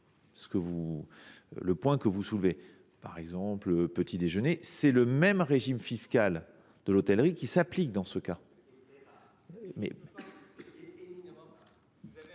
le point que vous soulevez –, par exemple le petit déjeuner, c’est le régime fiscal de l’hôtellerie qui s’applique. C’est